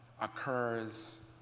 occurs